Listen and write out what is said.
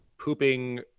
pooping